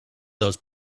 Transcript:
those